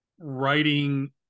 writing